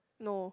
no